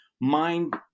mind